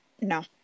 no